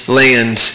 land